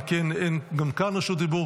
אם כן, גם כאן אין רשות דיבור.